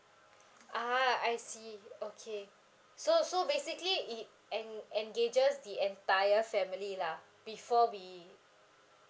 ah I see okay so so basically it en~ engages the entire family [lah before we